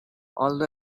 although